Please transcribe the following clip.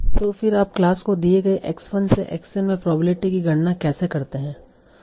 तो फिर आप क्लास को दिए गए x 1 से x n में प्रोबेबिलिटी की गणना कैसे करते हैं